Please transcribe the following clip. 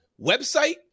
Website